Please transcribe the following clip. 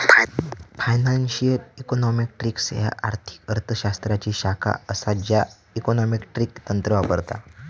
financial econometrics ह्या आर्थिक अर्थ शास्त्राची शाखा असा ज्या इकॉनॉमेट्रिक तंत्र वापरता